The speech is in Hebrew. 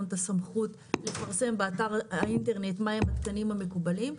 את הסמכות לפרזם באתר האינטרנט מהם התקנים המקובלים,